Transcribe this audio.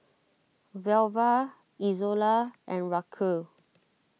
Velva Izola and Raquel